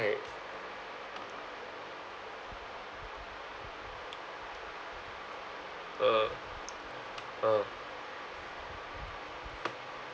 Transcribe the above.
uh uh